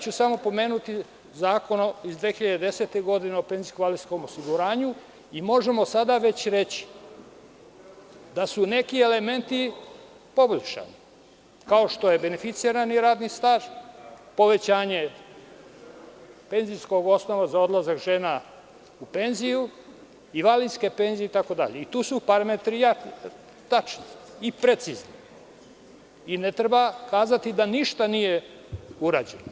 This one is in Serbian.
Samo ću pomenuti zakon iz 2010. godine o penzijsko-invalidskom osiguranju, i možemo sada već reći da su neki elementi poboljšani, kao što je beneficirani radni staž, povećanje penzijskog osnova za odlazak žena u penziju, invalidske penzije itd, i tu su parametri tačni i precizni, i ne treba kazati da ništa nije urađeno.